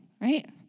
right